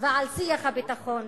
ועל שיח הביטחון,